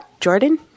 Jordan